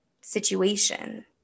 situation